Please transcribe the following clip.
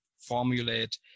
formulate